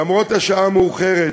למרות השעה המאוחרת,